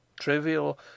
Trivial